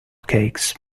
cakes